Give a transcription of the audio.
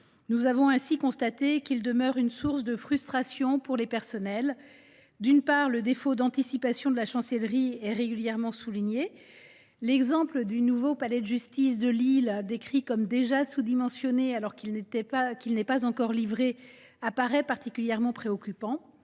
qui demeure manifestement une source de frustration pour les personnels. D’une part, le défaut d’anticipation de la Chancellerie est régulièrement souligné. Ainsi, l’exemple du nouveau palais de justice de Lille, décrit comme déjà sous dimensionné alors qu’il n’a pas encore été livré, paraît particulièrement préoccupant.